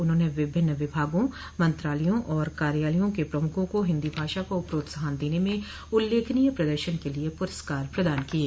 उन्होंने विभिन्न विभागों मंत्रालयों और कार्यालयों के प्रमुखों को हिन्दी भाषा को प्रोत्साहन देने में उल्लेखनोय प्रदर्शन के लिए पुरस्कार प्रदान किये